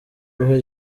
guha